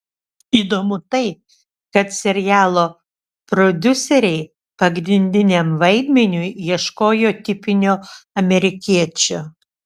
įdomu tai kad serialo prodiuseriai pagrindiniam vaidmeniui ieškojo tipinio amerikiečio